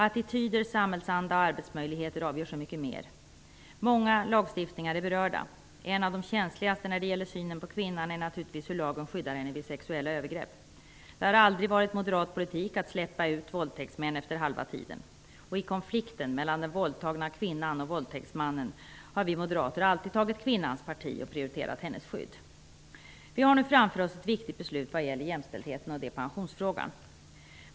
Attityder, samhällsanda och arbetsmöjligheter avgör så mycket mer. Många lagstiftningar berörs. En av de känsligaste, när det gäller synen på kvinnan, är naturligtvis hur lagen skyddar henne vid sexuella övergrepp. Det har aldrig varit moderat politik att släppa ut våldtäktsmän efter halva tiden. I konflikten mellan den våldtagna kvinnan och våldtäktsmannen har vi moderater alltid tagit kvinnans parti och prioriterat hennes skydd. Vi har framför oss ett viktigt beslut att fatta om jämställdheten, nämligen pensionsfrågan.